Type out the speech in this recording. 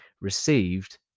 received